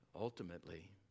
Ultimately